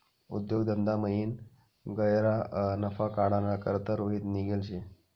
उद्योग धंदामयीन गह्यरा नफा काढाना करता रोहित निंघेल शे